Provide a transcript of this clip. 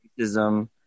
racism